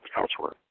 elsewhere